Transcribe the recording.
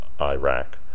Iraq